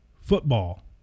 football